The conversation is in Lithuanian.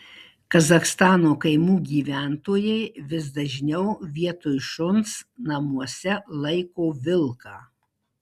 kazachstano kaimų gyventojai vis dažniau vietoj šuns namuose laiko vilką